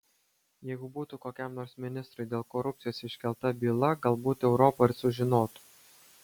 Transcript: jeigu būtų kokiam nors ministrui dėl korupcijos iškelta byla galbūt europa ir sužinotų